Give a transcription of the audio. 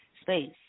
space